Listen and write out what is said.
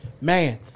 man